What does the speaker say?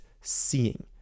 seeing